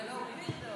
היא עלתה?